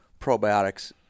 probiotics